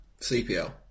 CPL